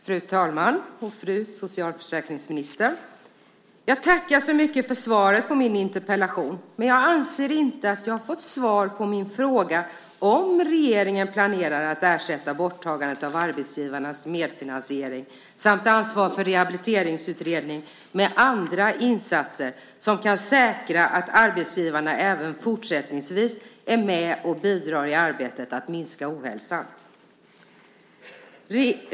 Fru talman! Fru socialförsäkringsminister! Jag tackar så mycket för svaret på min interpellation. Men jag anser inte att jag har fått svar på min fråga, om regeringen planerar att ersätta borttagandet av arbetsgivarnas medfinansiering samt ansvar för rehabiliteringsutredning med andra insatser som kan säkra att arbetsgivarna även fortsättningsvis bidrar i arbetet med att minska ohälsan.